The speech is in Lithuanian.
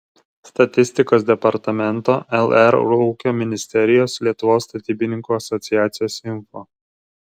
statistikos departamento lr ūkio ministerijos lietuvos statybininkų asociacijos info